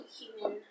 human